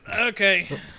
okay